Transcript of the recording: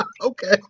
Okay